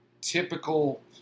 Typical